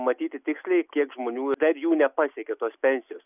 matyti tiksliai kiek žmonių dar jų nepasiekė tos pensijos